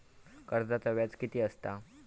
कर्जाचा व्याज कीती असता?